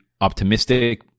optimistic